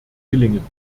gelingen